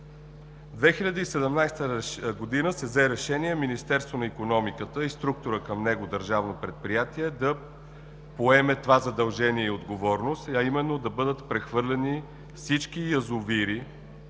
2017 г. се взе решение Министерството на икономиката и структура към него – държавно предприятие, да поеме това задължение и отговорност, а именно да бъдат прехвърлени всички язовири,